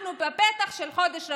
אנחנו בפתח של חודש רמדאן,